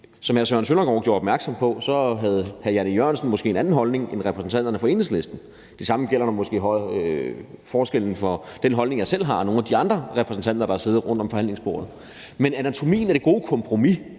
hr. Søren Søndergaard gjorde opmærksom på, havde hr. Jan E. Jørgensen måske en anden holdning end repræsentanterne fra Enhedslisten. Det samme gælder måske forskellen på den holdning, som jeg selv har, og som nogle af de andre repræsentanter, der har siddet med rundt om forhandlingsbordet, har. Men anatomien af det gode kompromis